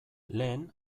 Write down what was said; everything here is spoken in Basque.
lehen